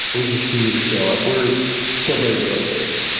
we can continue to scale up. we're still very early days.